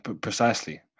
precisely